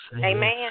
Amen